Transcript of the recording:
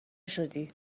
شدی